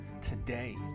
today